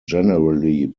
generally